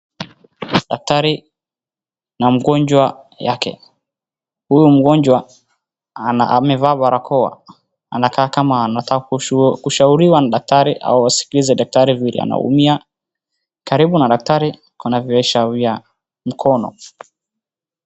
Daktari na mgonjwa wake. Huyo mgonjwa amevaa barakoa, anakaa kama anataka kushauriwa na daktari au askize daktari vile anaumia. Karibu na daktari kuna viosha vya mkono.